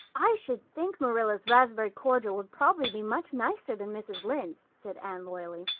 i should think marilla's raspberry cordial would prob'ly be much nicer than mrs. lynde's, said anne loyally.